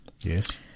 Yes